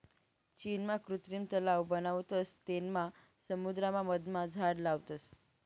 चीनमा कृत्रिम तलाव बनावतस तेनमा समुद्राना मधमा झाड लावतस